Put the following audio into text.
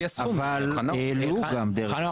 העלו גם --- חנוך,